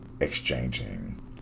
exchanging